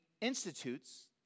institutes